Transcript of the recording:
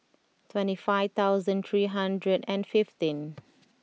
twenty five thousand three hundred and fifteen